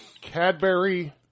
Cadbury